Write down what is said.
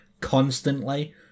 constantly